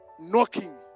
Knocking